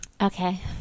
Okay